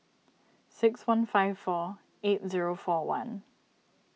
six one five four eight zero four one